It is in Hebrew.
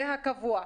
זה מקרה קבוע,